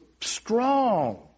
strong